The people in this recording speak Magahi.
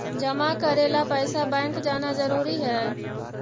जमा करे ला पैसा बैंक जाना जरूरी है?